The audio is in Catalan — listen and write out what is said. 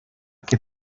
que